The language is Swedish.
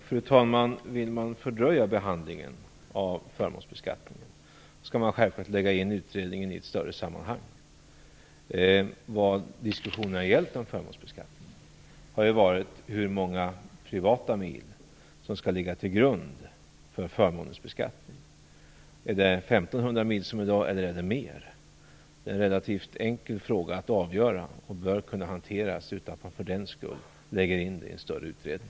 Fru talman! Vill man fördröja behandlingen av förmånsbeskattningen skall man självfallet lägga in utredningen i ett större sammanhang. Vad diskussionen har gällt har varit hur många privata mil som skall ligga till grund för förmånsbeskattning. Skall det vara 1 500 mil, som i dag, eller skall det vara mer? Det är en relativt enkel fråga att avgöra, och den bör kunna hanteras utan att man för den skull lägger in den i en större utredning.